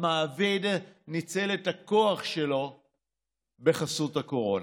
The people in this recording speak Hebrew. המעביד, ניצל את הכוח שלו בחסות הקורונה.